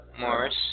Morris